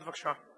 בבקשה.